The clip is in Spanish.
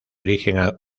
origen